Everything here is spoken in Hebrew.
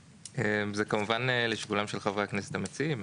זה כמובן לשיקולם של חברי הכנסת המציעים.